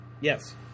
Yes